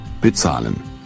Bezahlen